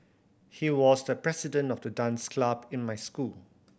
he was the president of the dance club in my school